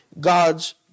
God's